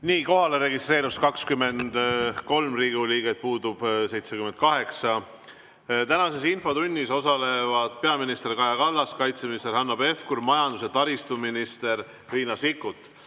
Nii. Kohalolijaks registreerus 23 Riigikogu liiget, puudub 78. Tänases infotunnis osalevad peaminister Kaja Kallas, kaitseminister Hanno Pevkur ning majandus‑ ja taristuminister Riina Sikkut.